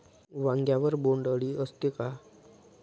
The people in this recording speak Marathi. वांग्यावर बोंडअळी असते का?